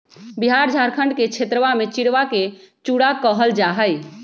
बिहार झारखंड के क्षेत्रवा में चिड़वा के चूड़ा कहल जाहई